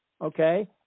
Okay